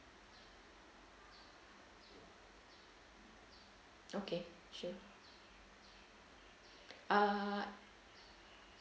okay sure uh